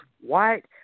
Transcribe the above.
white